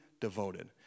devoted